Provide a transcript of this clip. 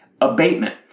abatement